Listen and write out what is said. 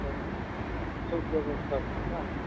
सभ ब्यवस्था छै ने